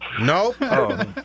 no